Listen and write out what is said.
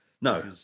No